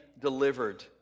delivered